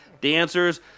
dancers